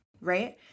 right